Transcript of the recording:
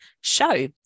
show